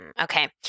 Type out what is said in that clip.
okay